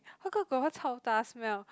how come got one chao ta smell